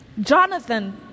Jonathan